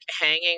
hanging